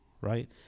right